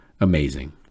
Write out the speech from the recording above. amazing